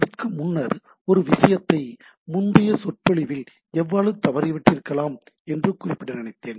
அதற்கு முன்னர் ஒரு விஷயத்தை முந்தைய சொற்பொழிவில் ஏதாவது தவறவிட்டிருக்கலாம் என்று குறிப்பிட நினைத்தேன்